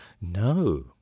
No